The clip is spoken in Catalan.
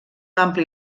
ampli